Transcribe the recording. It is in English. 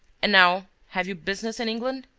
and now have you business in england?